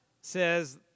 says